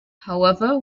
however